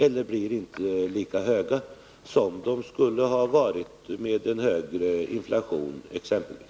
De blir inte lika höga som de skulle ha blivit vid en högre inflation exempelvis.